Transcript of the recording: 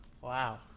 Wow